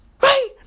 Right